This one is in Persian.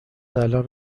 الان